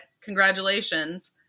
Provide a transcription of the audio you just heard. Congratulations